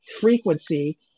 Frequency